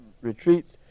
retreats